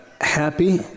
Happy